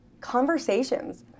conversations